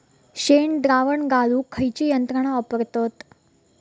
शेणद्रावण गाळूक खयची यंत्रणा वापरतत?